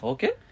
Okay